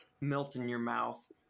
melt-in-your-mouth